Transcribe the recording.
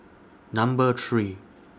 Number three